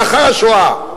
לאחר השואה,